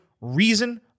reason